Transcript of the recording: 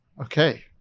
okay